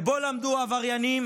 ובו למדו עבריינים